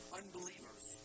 unbelievers